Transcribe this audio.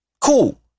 cool